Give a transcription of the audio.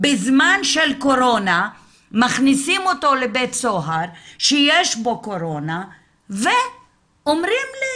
בזמן של קורונה מכניסים אותו לבית סוהר שיש בו קורונה ואומרים לי,